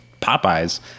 Popeyes